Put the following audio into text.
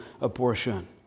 abortion